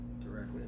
Directly